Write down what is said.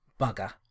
bugger